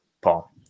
Paul